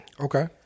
Okay